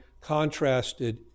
contrasted